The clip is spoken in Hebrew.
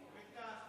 בטח.